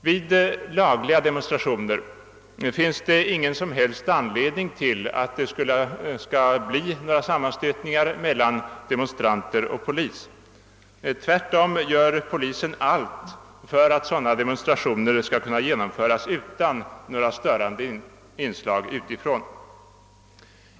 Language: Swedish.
Vid lagliga demonstrationer finns det ingen som helst anledning till sammanstötningar mellan demonstranter och polis. Tvärtom gör polisen allt för att sådana demonstrationer skall kunna genomföras utan störande inslag utifrån.